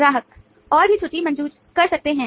ग्राहक और भी छुट्टी मंजूर कर सकते हैं